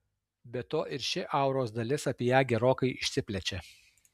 be to ir ši auros dalis apie ją gerokai išsiplečia